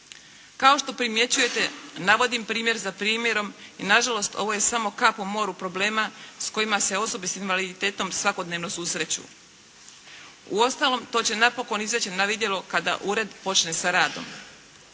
Kao što primjećujete navodim primjer za primjerom i nažalost ovo je samo kap u moru problema s kojima se osobe s invaliditetom svakodnevno susreću. Uostalom to će napokon izaći na vidjelo kada ured počne sa radom.